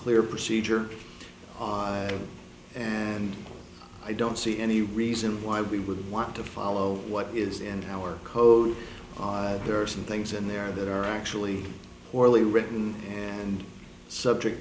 clear procedure and i don't see any reason why we would want to follow what is in our code there are some things in there that are actually poorly written and subject